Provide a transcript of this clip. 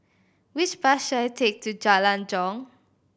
which bus should I take to Jalan Jong